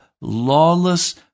lawless